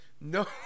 no